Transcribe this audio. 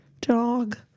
dog